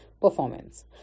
performance